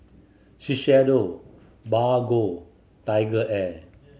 Shiseido Bargo TigerAir